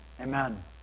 Amen